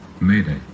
Mayday